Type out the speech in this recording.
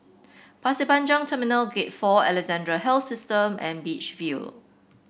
Pasir Panjang Terminal Gate Four Alexandra Health System and Beach View